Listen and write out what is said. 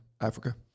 Africa